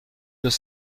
deux